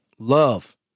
Love